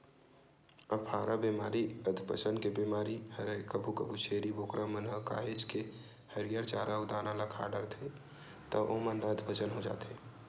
अफारा बेमारी अधपचन के बेमारी हरय कभू कभू छेरी बोकरा मन ह काहेच के हरियर चारा अउ दाना ल खा डरथे त ओमन ल अधपचन हो जाथे